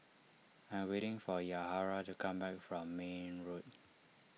I am waiting for Yahaira to come back from Mayne Road